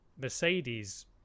mercedes